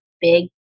big